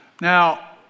Now